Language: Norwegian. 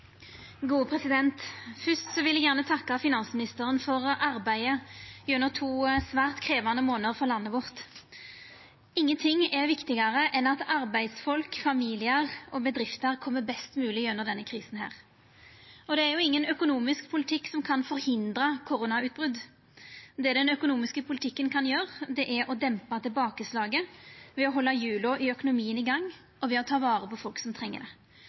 vil eg gjerne takka finansministeren for arbeidet gjennom to svært krevjande månader for landet vårt. Ingenting er viktigare enn at arbeidsfolk, familiar og bedrifter kjem best mogleg gjennom denne krisa. Det er ingen økonomisk politikk som kan forhindra koronautbrot. Det den økonomiske politikken kan gjera, er å dempa tilbakeslaget ved å halda hjula i økonomien i gang og ta vare på folk som treng det.